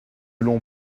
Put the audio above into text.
l’on